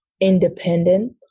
independent